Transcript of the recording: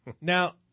Now